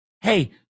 hey